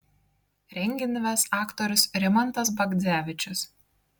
renginį ves aktorius rimantas bagdzevičius